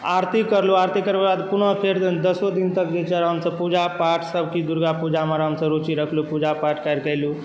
आरती करलहुँ आरती करैके बाद पुनः फेर दसो दिन तक जे छै आरामसँ पूजा पाठ सभकिछु दुर्गा पूजामे रुचि रखलहुँ पूजा पाठ केलहुँ